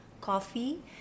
coffee